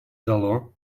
дало